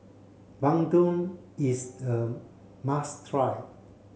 Bandung is a must try